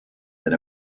that